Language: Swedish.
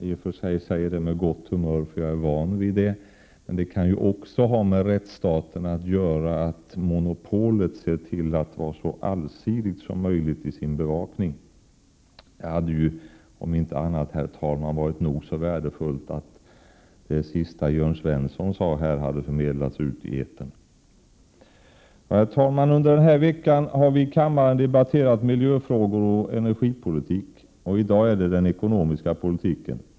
I och för sig säger jag det med gott humör, för jag är van vid det, men det kan ju också ha med rättsstaten att göra att monopolet ser till att vara så allsidigt som möjligt i sin bevakning. Det hade om inte annat, herr talman, varit nog så värdefullt att det sista Jörn Svensson sade här hade förmedlats ut i etern. Herr talman! Under den här veckan har vi i kammaren debatterat miljöfrågor och energipolitik. I dag behandlas den ekonomiska politiken.